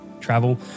travel